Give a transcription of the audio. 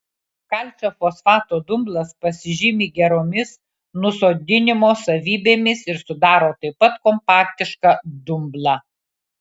kalcio fosfato dumblas pasižymi geromis nusodinimo savybėmis ir sudaro taip pat kompaktišką dumblą